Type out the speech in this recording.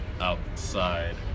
outside